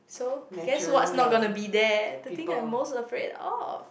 so guess what's not gonna be there the thing I'm most afraid of